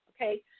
okay